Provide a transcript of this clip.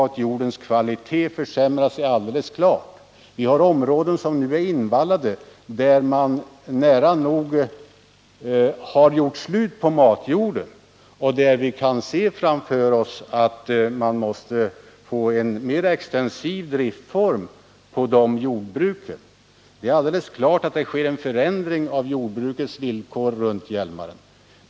och att jordens kvalitet försämras är alldeles klart. Vi har områden som nu är invallade. där man nära nog gjort slut på matjorden. Vi kan se framför oss att man på de jordbruken måste få till stånd en mera extensiv driftform. Det är alldeles klart att det sker en förändring av jordbrukets villkor runt Hjälmaren.